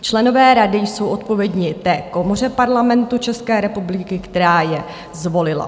Členové rady jsou odpovědní té komoře Parlamentu České republiky, která je zvolila.